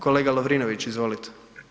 Kolega Lovrinović, izvolite.